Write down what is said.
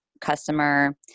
customer